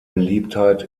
beliebtheit